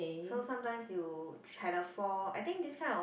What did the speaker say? so sometimes you try had a fall I think this kind of